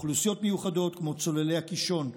אוכלוסיות מיוחדות כמו צוללי הקישון,